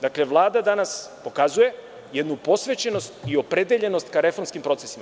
Dakle, Vlada danas pokazuje jednu posvećenost i opredeljenost ka reformskim procesima.